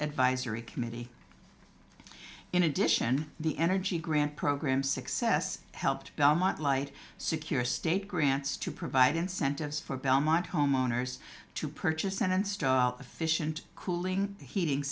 advisory committee in addition the energy grant program success helped belmont light secure state grants to provide incentives for belmont homeowners to purchase sentence efficient cooling heating